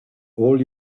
all